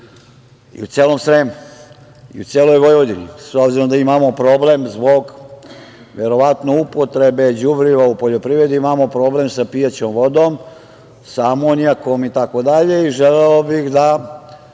i u celom Sremu i u celoj Vojvodini, s obzirom da imamo problem zbog verovatno upotrebe đubriva u poljoprivredi. Imamo problem sa pijaćom vodom, sa amonijakom itd. i želeo bih da